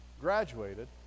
graduated